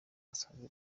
basanzwe